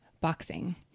boxing